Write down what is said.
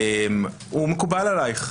הוא מקובל עליך.